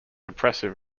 oppressive